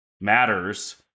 matters